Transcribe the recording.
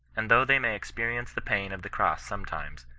and though they may experia ence the pain of the cross sometimes,